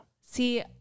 See